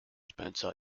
spencer